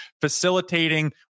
facilitating